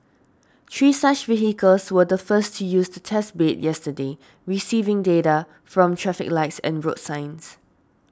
three such vehicles were the first to use the test bed yesterday receiving data from traffic lights and road signs